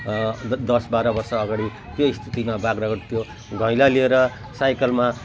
दस बाह्र वर्ष अघाडि त्यो स्थितिमा बाग्राकोट थियो घैला लिएर साइकलमा